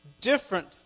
different